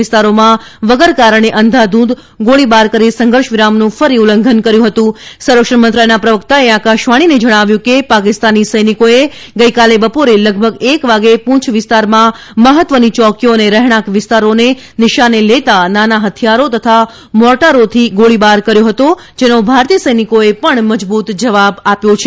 વિસ્તારોમાં વગર કારણે અંધાધુંધ ગોળીબાર કરી સંઘર્ષ વિરામનું ફરી ઉલ્લંઘન કર્યું હતુંરક્ષણ મંત્રાલયના પ્રવક્તાએ આકાશવાણીને જણાવ્યું હતું કે પાકિસ્તાની સૈનિકોએ ગઈકાલે બપોરે લગભગ એક વાગે પૂંછ વિસ્તારમાં મહત્વની યોકીઓ અને રહેણાંક વિસ્તારોને નિશાને લેતાં નાના હથિયારો તથા મોર્ટારીથી ગોળીબાર કર્યો હતો જેનો ભારતીય સૈનિકોએ મજબૂત જવાબ આપ્યો છે